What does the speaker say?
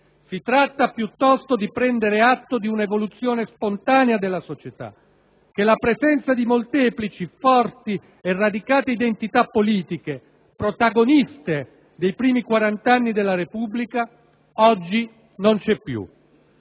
Si tratta, piuttosto, di prendere atto di una evoluzione spontanea della società; che la presenza di molteplici, forti e radicate identità politiche, protagoniste dei primi quarant'anni della Repubblica, oggi non c'è più.